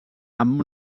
amb